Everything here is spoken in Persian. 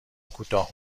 کوتاه